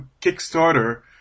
Kickstarter